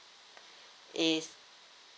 is